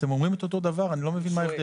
אתם אומרים את אותו דבר, אני לא מבין מה ההבדל.